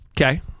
okay